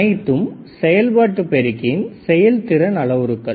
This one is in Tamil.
அனைத்தும் செயல்பாட்டு பெருக்கியின் செயல்திறன் அளவுருக்கள்